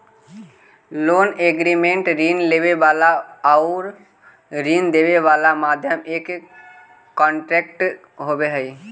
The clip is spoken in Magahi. लोन एग्रीमेंट ऋण लेवे वाला आउर ऋण देवे वाला के मध्य एक कॉन्ट्रैक्ट होवे हई